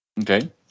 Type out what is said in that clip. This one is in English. Okay